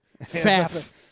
F-A-F-F